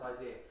idea